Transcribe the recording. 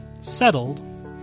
settled